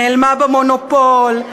נעלמה במונופול.